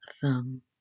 thumb